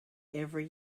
every